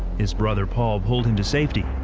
his brother, paul, pulled him to safety,